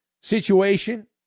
situation